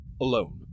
alone